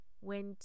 went